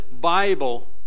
Bible